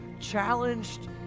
challenged